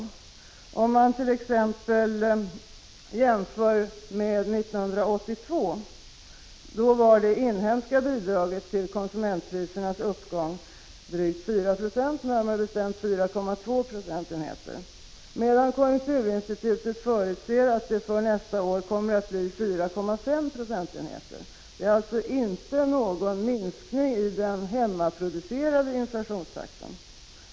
Man kan jämföra t.ex. med år 1982. Då var det inhemska bidraget till konsumentprisernas uppgång drygt 4 96, närmare bestämt 4,2 procentenheter, medan konjunkturinstitutet förutser att det för nästa år kommer att bli 4,5 procentenheter. Det är alltså inte någon minskning i den hemmaproducerade inflationstakten.